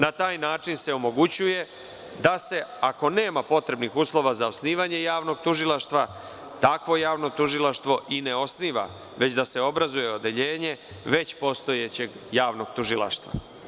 Na taj način se omogućuje da se, ako nema potrebnih uslova za osnivanje javnog tužilaštva, takvo javno tužilaštvo i ne osniva, već da se obrazuje odeljenje već postojećeg javnog tužilaštva.